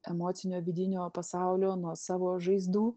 emocinio vidinio pasaulio nuo savo žaizdų